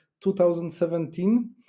2017